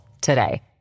today